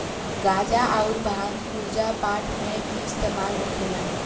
गांजा अउर भांग पूजा पाठ मे भी इस्तेमाल होखेला